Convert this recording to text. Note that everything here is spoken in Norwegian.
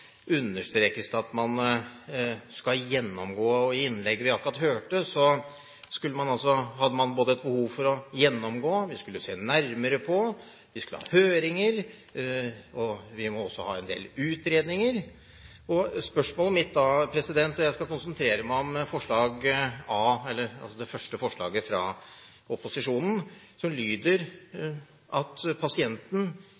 understrekes det at man skal «gjennomgå» regelverket. I innlegget som vi nettopp hørte, hadde man et behov for både å gjennomgå, se nærmere på, ha høringer og også ha en del utredninger. Da har jeg et spørsmål, og jeg skal konsentrere meg om første del av forslaget fra opposisjonen der det står at pasienten, samtidig som